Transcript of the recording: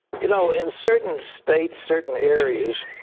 you know in certain states, certain areas,